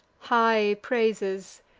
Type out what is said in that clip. high praises,